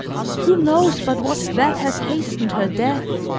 who knows but what that has hastened her death?